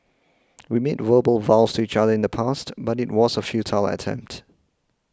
we made verbal vows to each other in the past but it was a futile attempt